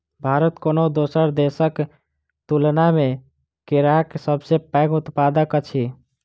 भारत कोनो दोसर देसक तुलना मे केराक सबसे पैघ उत्पादक अछि